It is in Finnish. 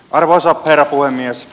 arvoisa herra puhemies